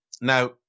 Now